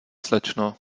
slečno